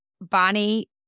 Bonnie